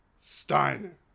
Steiner